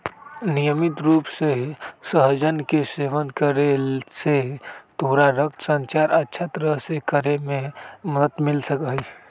नियमित रूप से सहजन के सेवन करे से तोरा रक्त संचार अच्छा तरह से करे में मदद मिल सका हई